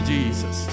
Jesus